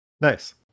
Nice